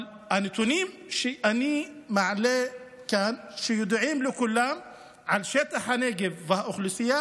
אבל מהנתונים שאני מעלה כאן על שטח הנגב ועל האוכלוסייה,